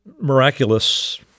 miraculous